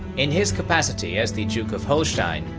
in his capacity as the duke of holstein,